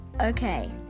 Okay